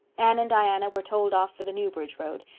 anne and diana were told off for the newbridge road,